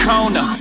Kona